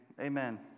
Amen